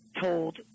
told